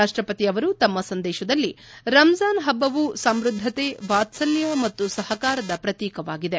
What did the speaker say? ರಾಷ್ಷಪತಿ ಅವರು ತಮ್ನ ಸಂದೇಶದಲ್ಲಿ ರಂಜಿಾನ್ ಹಬ್ಬವು ಸಮೃದ್ಧತೆ ವಾತ್ಸಲ್ಯ ಮತ್ತು ಸಹಕಾರದ ಪ್ರತೀಕವಾಗಿದೆ